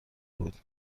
بود